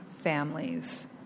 Families